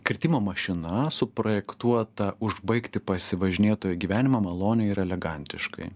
kritimo mašina suprojektuota užbaigti pasivažinėtojo gyvenimą maloniai ir elegantiškai